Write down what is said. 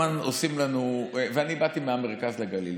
אני באתי מהמרכז לגליל.